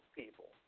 people